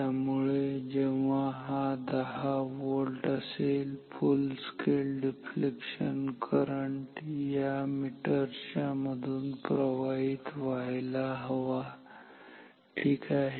त्यामुळे जेव्हा हा 10 व्होल्ट असेल फुल स्केल डिफ्लेक्शन करंट या मीटर मधून प्रवाहित व्हायला हवा ठीक आहे